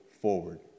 forward